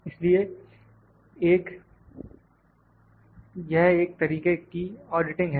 इसलिए 1यह एक तरीके की ऑडिटिंग है